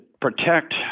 protect